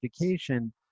education